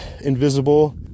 invisible